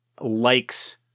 likes